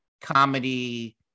Comedy